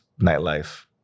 nightlife